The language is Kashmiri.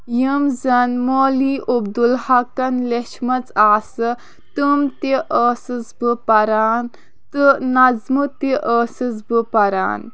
یِم زَن مولوی عبدُل حقن لیٚچھمَژ آسہٕ تِم تہِ ٲسٕس بہٕ پَران تہٕ نظمہٕ تہِ ٲسٕس بہٕ پَران